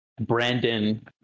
Brandon